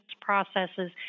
processes